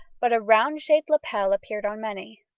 but a round-shaped lapel appeared on many.